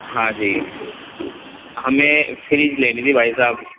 ہاں جی ہم نے فریج لینی تھی بھائی صاحب